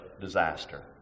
disaster